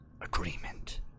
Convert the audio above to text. agreement